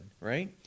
right